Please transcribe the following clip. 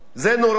זה נורא.